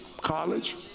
college